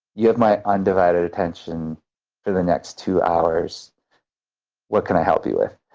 you have my undivided attention for the next two hours what can i help you with?